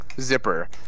zipper